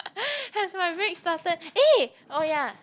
has my break started eh oh yeah